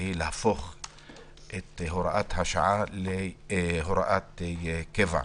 והיא להפוך את הוראת השעה להוראת קבע.